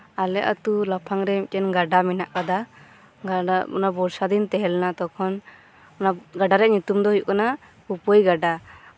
ᱟᱞᱮ ᱟᱛᱩ ᱞᱟᱯᱷᱟᱝ ᱨᱮ ᱢᱤᱫᱴᱮᱱ ᱜᱟᱰᱟ ᱢᱮᱱᱟᱜ ᱟᱠᱟᱫᱟ ᱜᱟᱰᱟ ᱚᱱᱟ ᱵᱚᱨᱥᱟᱫᱤᱱ ᱛᱟᱦᱮᱸ ᱞᱮᱱᱟ ᱛᱚᱠᱷᱚᱱ ᱚᱱᱟ ᱜᱟᱰᱟ ᱨᱮᱭᱟᱜ ᱧᱩᱛᱩᱢ ᱫᱚ ᱦᱩᱭᱩᱜ ᱠᱟᱱᱟ ᱠᱩᱯᱟᱹᱭ ᱜᱟᱰᱟ